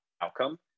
outcome